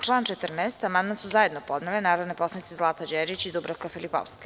Na član 14. amandman su zajedno podnele narodne poslanice Zlata Đerić i Dubravka Filipovski.